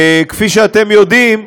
וכפי שאתם יודעים,